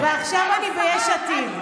אבל מתישהו היא שמה נקודה?